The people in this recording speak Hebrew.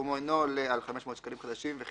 שסכומו אינו עולה על 500 שקלים חדשים וכן